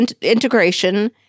integration